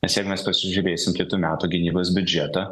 nes jei mes pasižiūrėsim kitų metų gynybos biudžetą